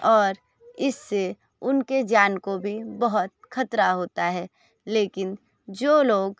और इससे उनके जान को भी बहुत खतरा होता है लेकिन जो लोग